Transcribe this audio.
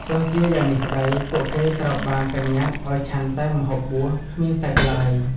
ទោះជាយ៉ាងនេះក្តី ពួកគេត្រូវបានបញ្ញត្តិឱ្យឆាន់តែម្ហូបបួស គ្មានសាច់ឡើយ។